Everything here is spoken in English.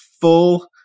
full